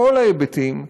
בכל ההיבטים,